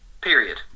period